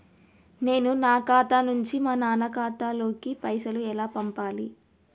నేను నా ఖాతా నుంచి మా నాన్న ఖాతా లోకి పైసలు ఎలా పంపాలి?